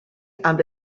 amb